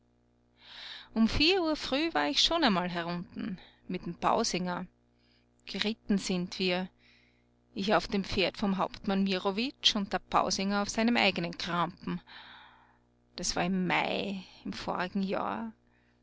um vier uhr früh war ich schon einmal herunten mit'm pausinger geritten sind wir ich auf dem pferd vom hauptmann mirovic und der pausinger auf seinem eigenen krampen das war im mai im vorigen jahr